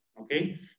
okay